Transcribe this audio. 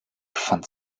fand